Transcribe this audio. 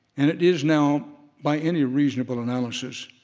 and it is now, by any reasonable analysis,